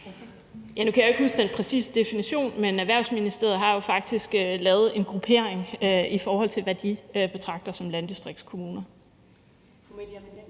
Nu kan jeg ikke huske den præcise definition, men Erhvervsministeriet har jo faktisk lavet en gruppering, i forhold til hvad de betragter som landdistriktskommuner. Kl.